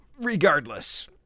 regardless